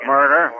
Murder